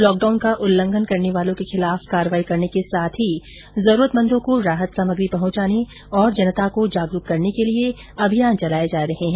lock down का उल्लंघन करने वालों के खिलाफ कार्रवाई करने के साथ ही जरूरतमंदों को राहत सामग्री पहुंचाने और जनता को जागरूक करने के अभियान चलाये जा रहे है